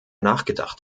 nachgedacht